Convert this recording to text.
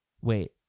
Wait